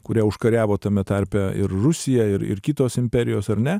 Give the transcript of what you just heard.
kurią užkariavo tame tarpe ir rusija ir ir kitos imperijos ar ne